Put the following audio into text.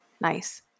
nice